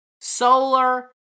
Solar